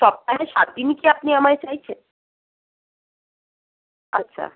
সপ্তায় সাতদিনই কি আপনি আমায় চাইছেন আচ্ছা